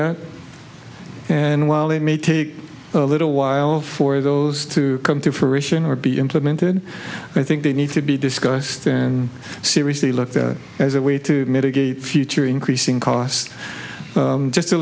at and while it may take a little while for those to come to fruition or be implemented i think they need to be discussed in seriously looked at as a way to mitigate future increasing costs just to